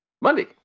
monday